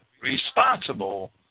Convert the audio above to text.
responsible